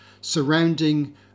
surrounding